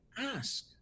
ask